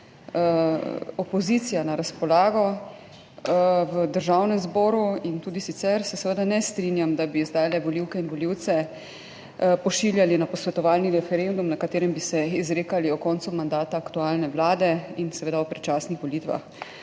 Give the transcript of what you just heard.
opozicija na razpolago v Državnem zboru in tudi sicer se seveda ne strinjam, da bi zdaj volivke in volivce pošiljali na posvetovalni referendum, na katerem bi se izrekali o koncu mandata aktualne vlade in seveda o predčasnih volitvah.